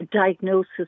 diagnosis